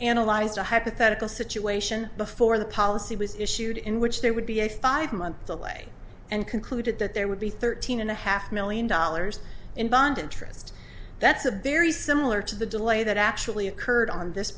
analyze a hypothetical situation before the policy was issued in which there would be a five month delay and concluded that there would be thirteen and a half million dollars in bond interest that's a very similar to the delay that actually occurred on this